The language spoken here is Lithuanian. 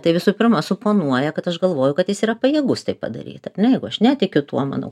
tai visų pirma suponuoja kad aš galvoju kad jis yra pajėgus tai padaryt ar ne negu aš netikiu tuo manau